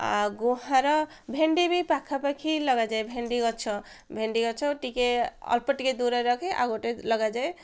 ଆଉ ଗୁଆଁର ଭେଣ୍ଡି ବି ପାଖାପାଖି ଲଗାଯାଏ ଭେଣ୍ଡି ଗଛ ଭେଣ୍ଡି ଗଛ ଟିକେ ଅଳ୍ପ ଟିକେ ଦୂରରେ ରଖି ଆଉ ଗୋଟେ ଲଗାଯାଏ